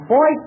Boy